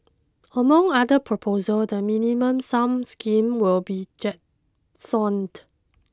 among other proposals the minimum sum scheme will be jettisoned